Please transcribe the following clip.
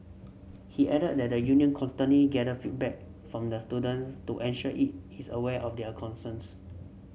he added that the union constantly gather feedback from the student to ensure it is aware of their concerns